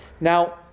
Now